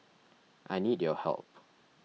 I need your help